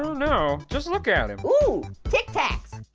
know. just look at him. ooh, tic-tacs.